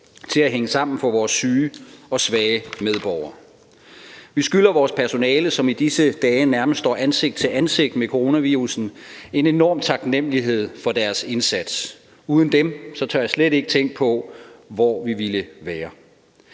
til at hænge sammen for vores syge og svage medborgere. Vi skylder vores personale, som i disse dage nærmest står ansigt til ansigt med coronavirussen, en enorm taknemlighed for deres indsats. Uden dem tør jeg slet ikke tænke på hvor vi ville være.